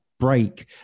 break